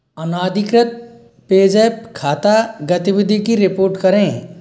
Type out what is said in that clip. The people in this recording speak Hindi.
अनाधिकृत पेज़ैप खाता गतिविधि की रिपोर्ट करें